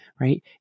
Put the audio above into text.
Right